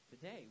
Today